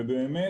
ובאמת,